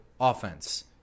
offense